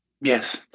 Yes